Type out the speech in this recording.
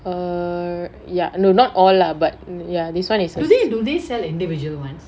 err ya no not all lah but ya this one is a